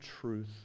truth